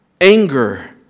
anger